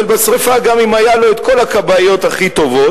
בשרפה גם אם היו לו כל הכבאיות הכי טובות.